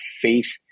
faith